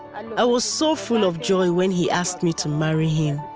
i was so full of joy when he asked me to marry him.